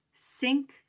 Sink